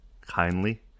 kindly